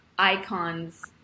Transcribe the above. icons